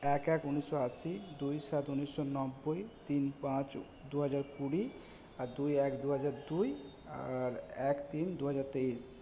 এক এক উনিশশো আশি দুই সাত উনিশশো নব্বই তিন পাঁচ দুহাজার কুড়ি আর দুই এক দুহাজার দুই আর এক তিন দুহাজার তেইশ